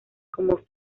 como